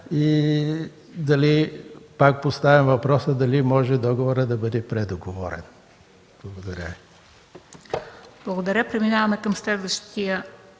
И пак поставям въпроса дали може договорът да бъде предоговорен. Благодаря